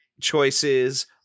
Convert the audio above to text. choices